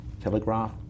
Telegraph